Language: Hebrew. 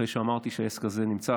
אחרי שאמרתי שהעסק הזה נמצא,